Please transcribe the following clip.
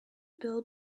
bill